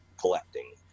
collecting